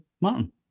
martin